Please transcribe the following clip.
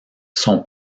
son